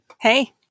Hey